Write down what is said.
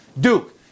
duke